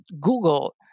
Google